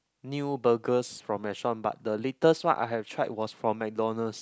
new burgers from restaurant but the latest one I have tried was from McDonald's